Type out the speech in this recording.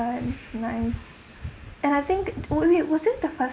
it's nice and I think was it was it the first